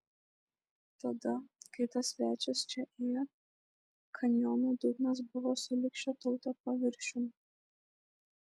tada kai tas svečias čia ėjo kanjono dugnas buvo sulig šio tilto paviršium